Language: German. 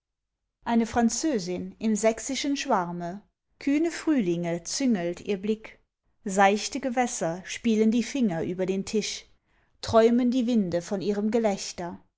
eine französin im sächsischen schwarme kühne frühlinge züngelt ihr blick seichte gewässer spielen die finger über den tisch träumen die winde von ihrem gelächter